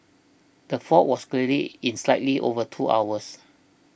the fault was cleared in slightly over two hours